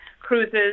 cruises